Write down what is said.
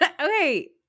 Okay